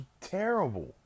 terrible